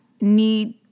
need